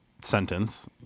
sentence